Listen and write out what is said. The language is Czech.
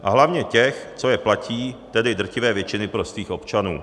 A hlavně těch, co je platí, tedy drtivé většiny prostých občanů.